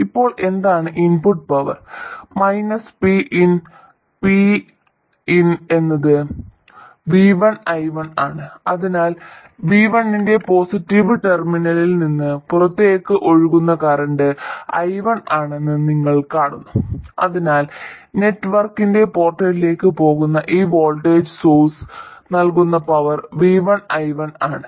ഇപ്പോൾ എന്താണ് input power Pin Pin എന്നത് v1 i1 ആണ് അതിനാൽ v1 ന്റെ പോസിറ്റീവ് ടെർമിനലിൽ നിന്ന് പുറത്തേക്ക് ഒഴുകുന്ന കറന്റ് i1 ആണെന്ന് നിങ്ങൾ കാണുന്നു അതിനാൽ നെറ്റ്വർക്കിന്റെ പോർട്ടിലേക്ക് പോകുന്ന ഈ വോൾട്ടേജ് സോഴ്സ് നൽകുന്ന പവർ v1 i1 ആണ്